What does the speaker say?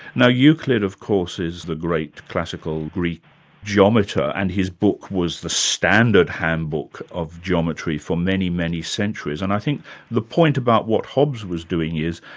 now euclid of course is the great classical greek geometer, and his book was the standard handbook of geometry for many, many centuries. and i think the point about what hobbes was doing is,